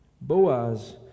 Boaz